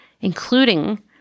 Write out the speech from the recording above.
including